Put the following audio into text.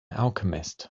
alchemist